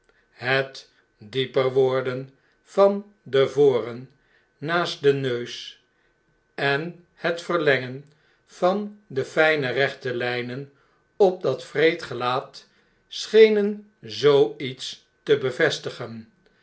het dieper worden van de voren naast den neus en het verlengen van de fijne rechte lijnen op dat wreed gelaat schenen zoo iets te bevestigen